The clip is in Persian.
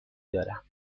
دارم